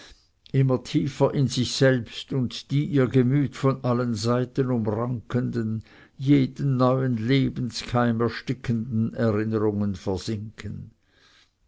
immer tiefer in sich selbst und die ihr gemüt von allen seiten umrankenden jeden neuen lebenskeim erstickenden erinnerungen versinken